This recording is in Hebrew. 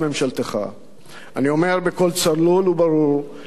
אני אומר בקול צלול וברור: לא ניכנע לייאוש,